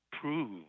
prove